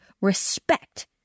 respect